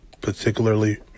particularly